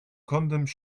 condoms